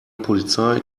polizei